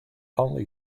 only